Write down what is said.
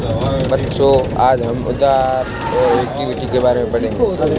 बच्चों आज हम उधार और इक्विटी के बारे में पढ़ेंगे